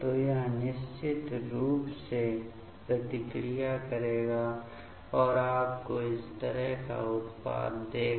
तो यह निश्चित रूप से प्रतिक्रिया करेगा और आपको इस तरह का उत्पाद देगा